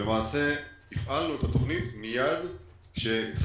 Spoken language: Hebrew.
ולמעשה הפעלנו את התוכנית מיד כשהתחלנו